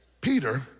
Peter